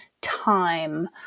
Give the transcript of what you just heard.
time